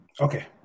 Okay